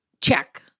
Check